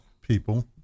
people